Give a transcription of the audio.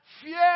Fear